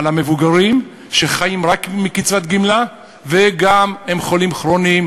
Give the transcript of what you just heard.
על המבוגרים שחיים רק מקצבת גמלה והם גם חולים כרוניים